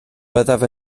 byddaf